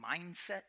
mindset